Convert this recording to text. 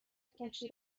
کشتی